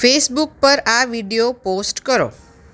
Facebook પર આ video post કરો